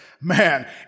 Man